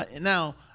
Now